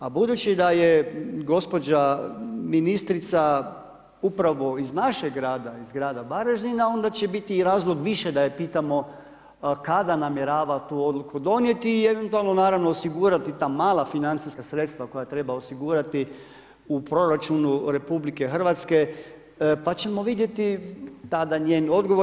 A budući da je gospođa ministrica upravo iz našeg grada, iz grada Varaždina, onda će biti i razlog više da je pitamo kada namjerava tu odluku donijeti i eventualno naravno osigurati ta mala financijska sredstava koja treba osigurati u proračunu RH pa ćemo vidjeti tada njen odgovor.